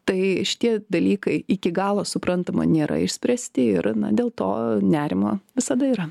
tai šitie dalykai iki galo suprantama nėra išspręsti ir na dėl to nerimo visada yra